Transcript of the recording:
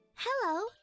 Hello